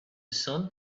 sun